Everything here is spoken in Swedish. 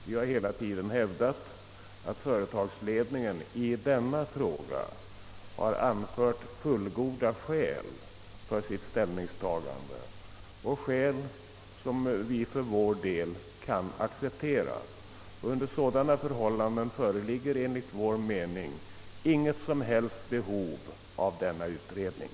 Vi har hela tiden hävdat att företagsledningen i denna fråga har anfört fullgoda skäl för sitt ställningstagande, skäl som vi för vår del kan acceptera. Under sådana förhållanden föreligger enligt vår åsikt inget som helst behov av denna utredning.